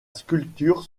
sculpture